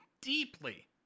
deeply